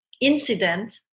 incident